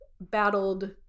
battled